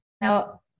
Now